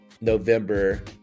November